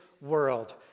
world